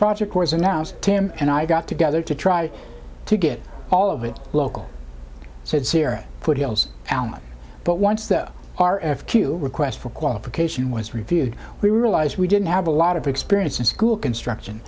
project was announced tim and i got together to try to get all of it local so it's here foothills alan but once though our f q requests for qualification was reviewed we realize we didn't have a lot of experience in school construction